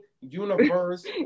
universe